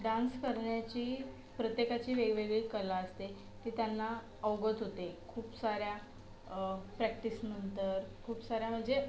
dance करण्याची प्रत्येकाची वेगवेगळी कला असते ती त्यांना अवगत होते खूप साऱ्या प्रॅक्टिसनंतर खूप साऱ्या म्हणजे